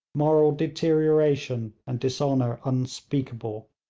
moral deterioration, and dishonour unspeakable.